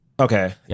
Okay